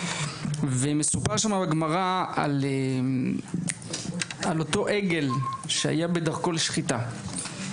ומסופר שם בגמרא על אותו עגל שהיה בדרכו לשחיטה.